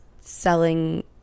selling